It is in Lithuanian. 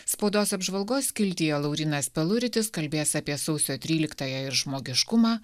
spaudos apžvalgos skiltyje laurynas peluritis kalbės apie sausio tryliktąją ir žmogiškumą